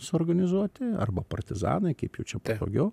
suorganizuoti arba partizanai kaip jau čia patogiau